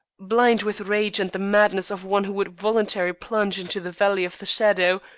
blind with rage and the madness of one who would voluntarily plunge into the valley of the shadow,